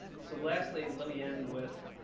so lastly, let me end with